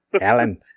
Alan